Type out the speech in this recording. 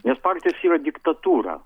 nes partijos yra diktatūra